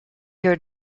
your